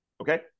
okay